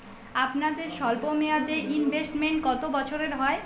আপনাদের স্বল্পমেয়াদে ইনভেস্টমেন্ট কতো বছরের হয়?